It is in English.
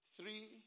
three